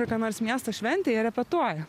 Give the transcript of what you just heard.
kokia nors miesto šventė jie repetuoja